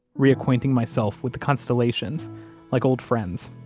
reacquainting myself with the constellations like old friends.